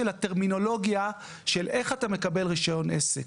הטרמינולוגיה של איך אתה מקבל רישיון עסק.